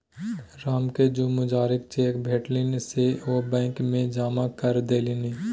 रामकेँ जे मजूरीक चेक भेटलनि से ओ बैंक मे जमा करा देलनि